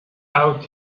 out